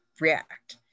react